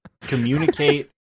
communicate